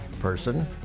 person